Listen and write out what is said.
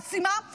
עצימה,